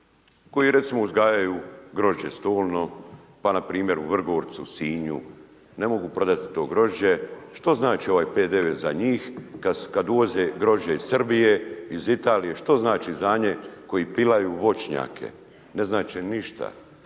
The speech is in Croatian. koji recimo uzgajaju grožđe stolno, pa npr. u Vrgorcu, Sinu, ne mogu prodati to grožđe, što znači ovaj PDV za njih kad uvoze grožđe iz Srbije, iz Italije, što znači znanje, koji pilaju voćnjake, ne znači ništa